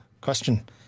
question